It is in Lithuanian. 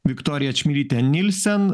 viktoriją čmilytę nilsen